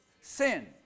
Sin